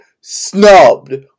snubbed